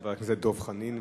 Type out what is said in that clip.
חבר הכנסת דב חנין,